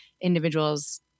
individual's